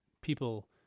people